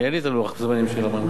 אין לי לוח הזמנים של המנכ"ל.